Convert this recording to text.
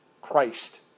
christ